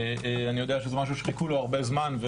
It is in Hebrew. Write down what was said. אני יודע שזה משהו שחיכו לו הרבה זמן,